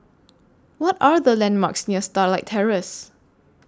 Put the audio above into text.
What Are The landmarks near Starlight Terrace